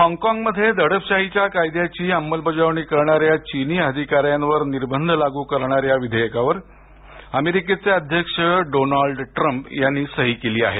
हॉगकॉगमध्ये दडपशाहीच्या कायद्याची अंमलबजावणी करणाऱ्या चीनी अधिकाऱ्यांवर निर्बंध लागू करणाऱ्या विधेयकावर अमेरिकेचे अध्यक्ष डोनाल्ड ट्रम्प यांनी सही केली आहे